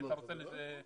אם אתה רוצה לסכם,